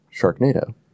sharknado